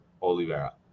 Oliveira